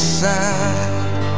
side